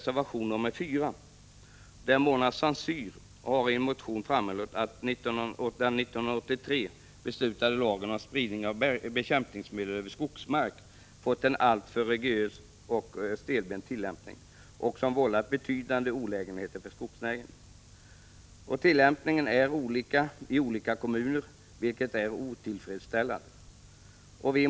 Mona Saint Cyr har i en motion framhållit att den år 1983 beslutade lagen om spridning av bekämpningsmedel över skogsmark fått en alltför rigorös och stelbent tillämpning, som vållat betydande olägenheter för skogsnäringen. Tillämpningen är olika i olika kommuner, vilket är otillfredsställande.